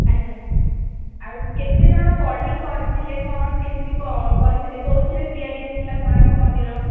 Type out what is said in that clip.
ଆଜ୍ଞା ଆଉ କେତେ ଜଣ ବଢ଼େଇ କରିଥିଲେ କ'ଣ କେମିତି କରିଥିଲେ କେଉଁଥିରେ ତିଆରି ହୋଇଥିଲା କୋଣାର୍କ ମନ୍ଦିର